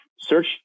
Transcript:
search